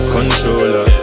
Controller